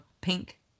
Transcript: pink